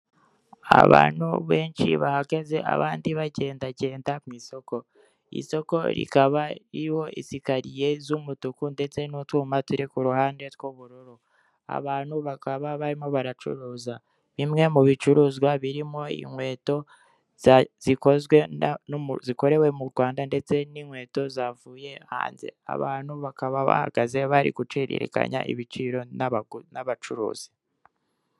Abantu benshi bahagaze abandi bagendagenda ku isoko. Isoko rikaba ririho isikariye z'umutuku ndetse n'utwuma turi ku ruhande tw'ubururu, abantu bakaba barimo baracuruza, bimwe mu bicuruzwa birimo inkweto zikozwe zikorewe mu Rwanda, ndetse n'inkweto zavuye hanze. Abantu bakaba bahagaze bari guciririkanya ibiciro n'abacuruzi.